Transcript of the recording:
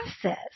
process